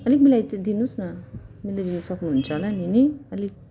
अलिक मिलाइ त दिनु होस् न मिलाइदिनु सक्नु हुन्छ होला नि नि अलिक